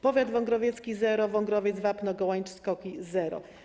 Powiat wągrowiecki - zero: Wągrowiec, Wapno, Gołańcz, Skoki - zero.